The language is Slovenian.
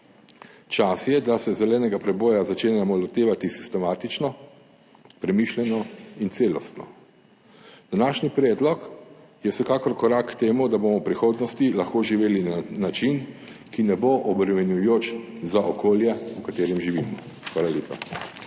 Čas je, da se zelenega preboja začenjamo lotevati sistematično, premišljeno in celostno. Današnji predlog je vsekakor korak k temu, da bomo v prihodnosti lahko živeli na način, ki ne bo obremenjujoč za okolje, v katerem živimo. Hvala lepa.